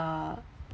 uh